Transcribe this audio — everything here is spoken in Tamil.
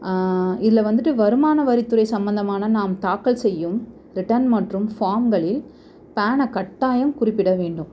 இதில் வந்துட்டு வருமான வரித்துறை சம்பந்தமான நாம் தாக்கல் செய்யும் ரிட்டர்ன் மற்றும் ஃபார்ம்களில் பேனை கட்டாயம் குறிப்பிட வேண்டும்